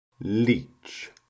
leech